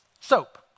Soap